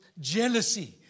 jealousy